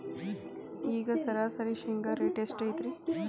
ಈಗ ಸರಾಸರಿ ಶೇಂಗಾ ರೇಟ್ ಎಷ್ಟು ಐತ್ರಿ?